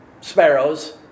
sparrows